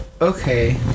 Okay